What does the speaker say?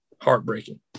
heartbreaking